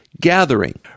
gathering